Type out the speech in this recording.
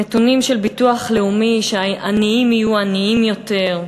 נתונים של ביטוח לאומי שהעניים יהיו עניים יותר,